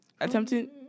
attempting